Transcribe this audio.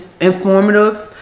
informative